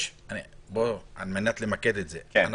יש